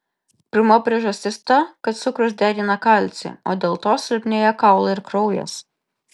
pirma priežastis ta kad cukrus degina kalcį o dėl to silpnėja kaulai ir kraujas